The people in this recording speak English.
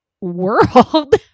world